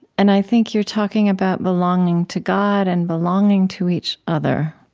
and i think you're talking about belonging to god and belonging to each other.